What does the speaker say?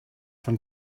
von